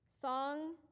Song